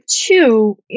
two